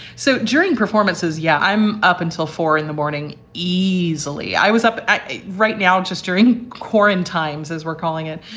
so during performances, yeah. i'm up until four zero in the morning easily. i was up right now just during coreign times, as we're calling it.